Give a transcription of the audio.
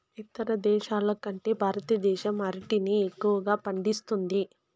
ఇతర దేశాల కంటే భారతదేశం అరటిని ఎక్కువగా పండిస్తుంది